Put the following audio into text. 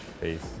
Peace